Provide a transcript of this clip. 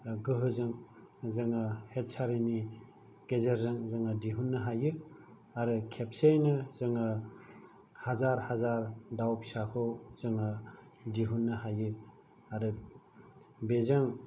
गोहोजों जोङो हेट्चारिनि गेजेरजों जोङो दिहुननो हायो आरो खेबसेयैनो जोङो हाजार हाजार दाउ फिसाखौ जोङो दिहुननो हायो आरो बेजों